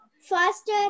faster